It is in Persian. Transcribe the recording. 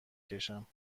کشم